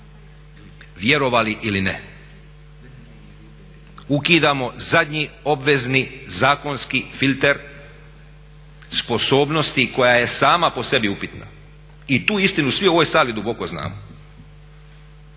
vjerovali ili ne. Ukidamo zadnji obvezni zakonski filter sposobnosti koja je sama po sebi upitna. I tu istinu svi u ovoj sali duboko znamo.